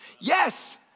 Yes